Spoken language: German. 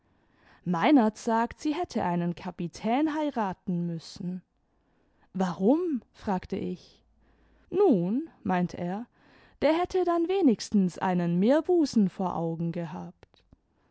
meinert sagt sie hätte einen kapitän heiraten müssen warum fragte ich nun meint er der hätte dann wenigstens einen meerbusen vor augen gehabt